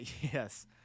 Yes